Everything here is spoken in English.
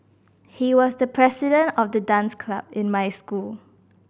he was the president of the dance club in my school